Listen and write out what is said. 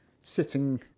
sitting